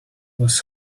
was